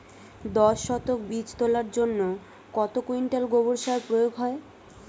দশ শতক বীজ তলার জন্য কত কুইন্টাল গোবর সার প্রয়োগ হয়?